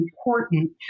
important